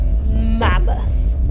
mammoth